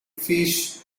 fish